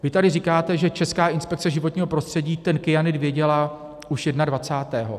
Vy tady říkáte, že Česká inspekce životního prostředí ten kyanid věděla už jednadvacátého.